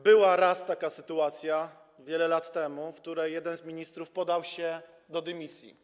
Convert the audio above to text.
Była raz taka sytuacja, wiele lat temu, w której jeden z ministrów podał się do dymisji.